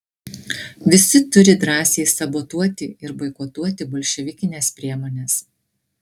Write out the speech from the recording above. visi turi drąsiai sabotuoti ir boikotuoti bolševikines priemones